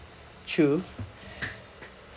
true